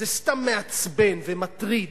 זה סתם מעצבן ומטריד.